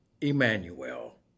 Emmanuel